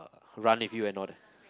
uh run with you and all there